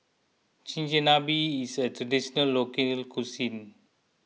Chigenabe is a Traditional Local Cuisine